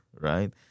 right